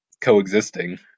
coexisting